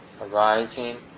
arising